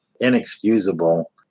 inexcusable